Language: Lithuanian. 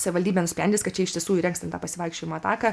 savivaldybė nusprendė kad čia iš tiesų įrengs tą pasivaikščiojimo taką